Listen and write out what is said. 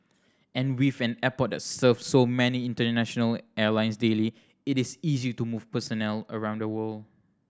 and with an airport that serves so many international airlines daily it is easy to move personnel around the world